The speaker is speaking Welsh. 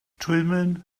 twymyn